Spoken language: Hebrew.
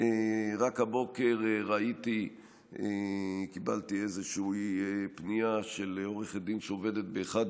רק הבוקר קיבלתי פנייה של עורכת דין שעובדת באחד